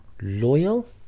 loyal